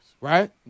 Right